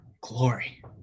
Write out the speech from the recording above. glory